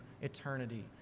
eternity